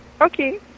Okay